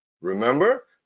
remember